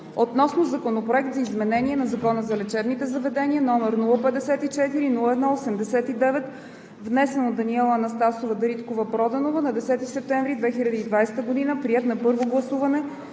относно Законопроект за изменение на Закона за лечебните заведения, № 054-01-89, внесен от Даниела Анастасова Дариткова-Проданова на 10 септември 2020 г., приет на първо гласуване